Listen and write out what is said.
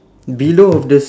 below of the s~